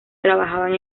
trabajaban